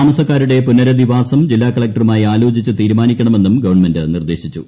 താമസക്കാരുടെ പുനരധിവാസം ജില്ലാ കളക്ടറുമായി ആലോചിച്ചു തീരുമാനിക്കണമെന്നും ഗവൺമെന്റ് നിർദ്ദേശിച്ചു